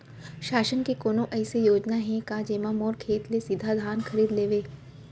शासन के कोनो अइसे योजना हे का, जेमा मोर खेत ले सीधा धान खरीद लेवय?